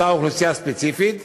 אותה אוכלוסייה ספציפית?